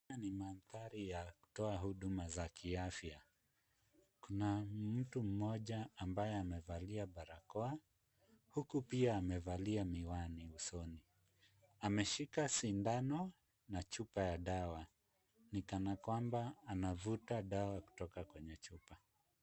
Hapa ni mandhari ya kutoa huduma za kiafya. Kuna mtu mmoja ambaye amevalia barakoa huku pia amevalia miwani usoni. Ameshika sindano na chupa ya dawa ni kana kwamba anavuta dawa kutoka kwenye chupa.